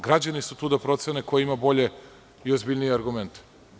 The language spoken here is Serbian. Građani su tu da procene ko ima bolje i ozbiljnije argumente.